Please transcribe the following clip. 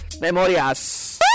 Memorias